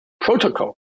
protocol